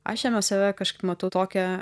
aš jame save kažkaip matau tokią